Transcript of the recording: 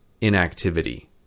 inactivity